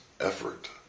effort